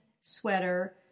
sweater